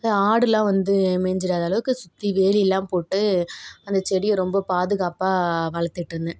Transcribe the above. ஆடுலாம் வந்து மேய்ஞ்சிறாத அளவுக்கு சுற்றி வேலியெல்லாம் போட்டு அந்த செடியை ரொம்ப பாதுகாப்பாக வளர்த்துட்டு இருந்தேன்